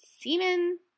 semen